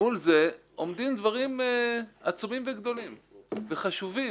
מול זה עומדים דברים עצומים וגדולים וחשובים.